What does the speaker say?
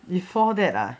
before that ah